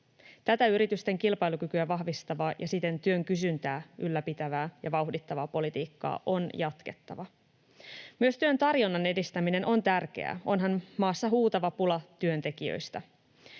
Tätä yritysten kilpailukykyä vahvistavaa ja siten työn kysyntää ylläpitävää ja vauhdittavaa politiikkaa on jatkettava. Myös työn tarjonnan edistäminen on tärkeää, onhan maassa huutava pula työntekijöistä.